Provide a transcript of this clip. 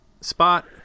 spot